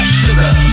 sugar